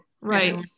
right